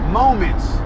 moments